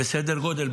בסדר גודל,